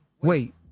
Wait